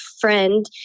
friend